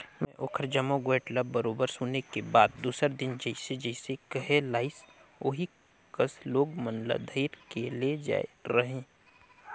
में ओखर जम्मो गोयठ ल बरोबर सुने के बाद दूसर दिन जइसे जइसे कहे लाइस ओही कस लोग मन ल धइर के ले जायें रहें